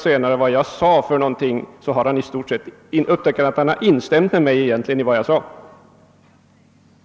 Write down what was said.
Men om herr Larsson i Umeå läser protokollet, skall han upptäcka att han egentligen har instämt i vad jag tidigare anfört.